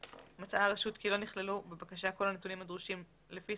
מצאה הרשות כי לא נכללו בבקשה כל הנתונים הדרושים לפי